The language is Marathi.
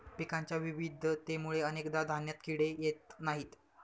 पिकांच्या विविधतेमुळे अनेकदा धान्यात किडे येत नाहीत